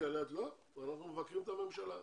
אנחנו מבקרים את הממשלה,